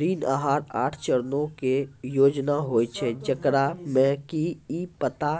ऋण आहार आठ चरणो के योजना होय छै, जेकरा मे कि इ पता